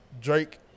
Drake